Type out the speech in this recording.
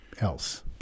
else